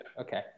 okay